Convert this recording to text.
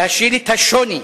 להשיל את השוני,